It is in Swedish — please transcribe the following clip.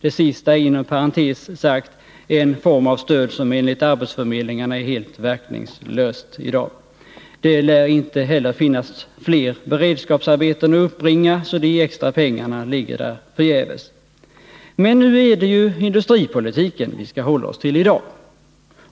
Det sista är inom parentes sagt en form av stöd som enligt arbetsförmedlingarna är helt verkningslöst i dag. Det lär inte heller finnas fler beredskapsarbeten att uppbringa, så de extra pengarna ligger där förgäves. Men nu är det industripolitiken vi skall hålla oss till i dag.